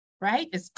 right